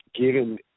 given